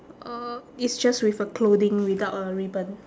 uh it's just with a clothing without a ribbon